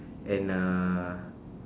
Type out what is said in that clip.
and uh